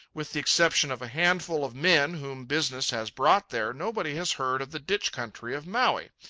with the exception of a handful of men, whom business has brought there, nobody has heard of the ditch country of maui.